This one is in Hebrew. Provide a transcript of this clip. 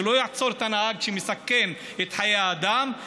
שהוא לא יעצור את הנהג שמסכן את חיי האדם,